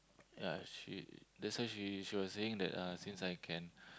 ya she that's why she she was saying that uh since I can